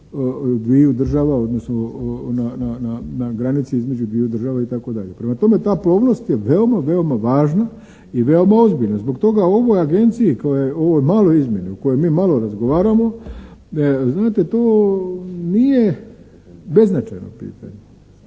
na granici između dviju država itd. Prema tome, ta plovnost je veoma važna i veoma ozbiljna. Zbog toga ovoj agenciji u ovoj maloj izmjeni o kojoj mi malo razgovaramo znate to nije beznačajno pitanje.